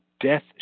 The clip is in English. Death